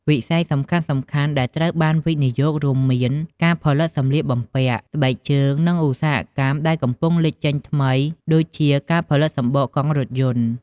វិស័យសំខាន់ៗដែលត្រូវបានវិនិយោគរួមមានការផលិតសម្លៀកបំពាក់ ស្បែកជើង និងឧស្សាហកម្មដែលកំពុងលេចចេញថ្មី ដូចជាការផលិតសំបកកង់រថយន្ត។